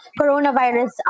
coronavirus